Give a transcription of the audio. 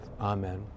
Amen